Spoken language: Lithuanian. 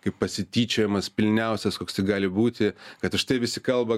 kaip pasityčiojimas pilniausias koks tik gali būti kad štai visi kalba